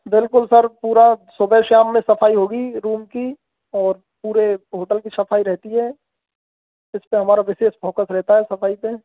बिलकुल सर पूरा सुबह शाम में सफाई होगी रूम की और पूरे होटल की सफाई रहती है इस पे हमारा विशेष फोकस रहता है सफाई पे